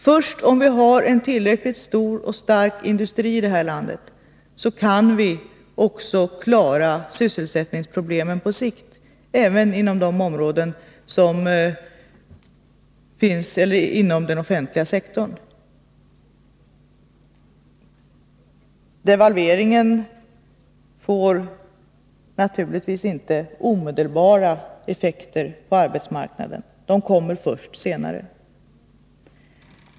Först om vi har en tillräckligt stor och stark industri i detta land kan vi också klara sysselsättningsproblemen på sikt, även inom den offentliga sektorn. Devalveringen får naturligtvis inte omedelbara effekter på arbetsmarknaden, de kommer först senare.